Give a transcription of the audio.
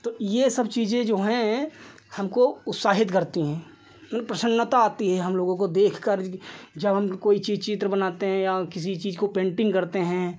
तो यह सब चीज़ें जो हैं हमको उत्साहित करती हैं प्रसन्नता आती है हमलोगों को देखकर जब हम कोई चित्र बनाते हैं या किसी चीज़ को पेन्टिन्ग करते हैं